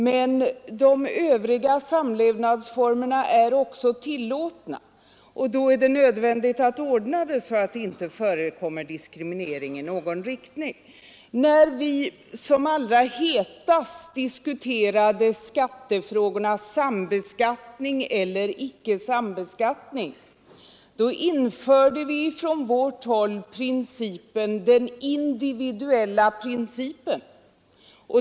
Men de övriga samlevnadsformerna är också tillåtna, och då är det nödvändigt att ordna det så att det inte förekommer diskriminering i någon riktning. När vi som allra hetast diskuterade sambeskattning eller icke sambeskattning, införde vi från vårt håll den individuella principen.